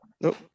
Nope